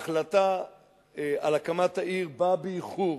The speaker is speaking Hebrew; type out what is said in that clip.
ההחלטה על הקמת העיר באה באיחור.